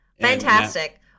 Fantastic